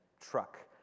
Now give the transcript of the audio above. truck